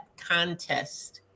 contest